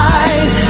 eyes